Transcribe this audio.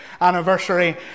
anniversary